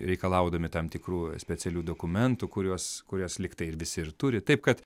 reikalaudami tam tikrų specialių dokumentų kuriuos kurias liktai ir visi ir turi taip kad